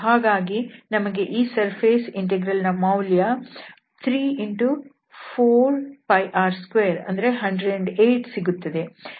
ಹಾಗಾಗಿ ನಮಗೆ ಈ ಸರ್ಫೇಸ್ ಇಂಟೆಗ್ರಲ್ ನ ಮೌಲ್ಯ 34πr2108π ಸಿಗುತ್ತದೆ